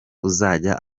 uzajya